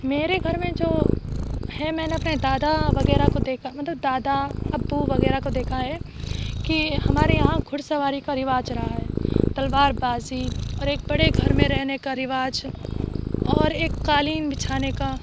میرے گھر میں جو ہے میں نے اپنے دادا وغیرہ کو دیکھا مطلب دادا ابو وغیرہ کو دیکھا ہے کہ ہمارے یہاں گھڑ سواری کا رواج رہا ہے تلوار بازی اور ایک بڑے گھر میں رہنے کا رواج اور ایک قالین بچھانے کا